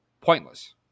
pointless